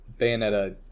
Bayonetta